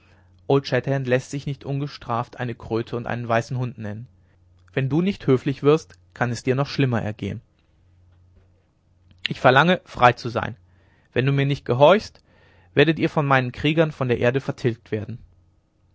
läßt sich nicht ungestraft eine kröte und einen weißen hund nennen wenn du nicht höflich wirst kann es dir noch schlimmer ergehen ich verlange frei zu sein wenn du mir nicht gehorchst werdet ihr von meinen kriegern von der erde vertilgt werden